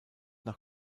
nach